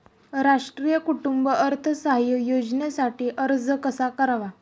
राष्ट्रीय कुटुंब अर्थसहाय्य योजनेसाठी अर्ज कसा करावा?